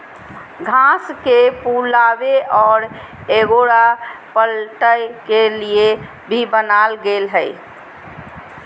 घास के फुलावे और एगोरा पलटय के लिए भी बनाल गेल हइ